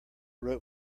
wrote